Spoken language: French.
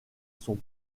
son